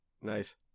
Nice